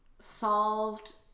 solved